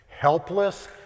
helpless